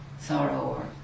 sorrow